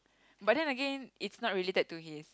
but then again is not related to him